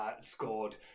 scored